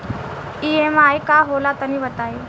EMI का होला तनि बताई?